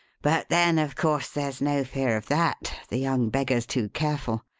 but then, of course, there's no fear of that the young beggar's too careful.